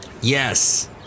Yes